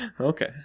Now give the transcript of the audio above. Okay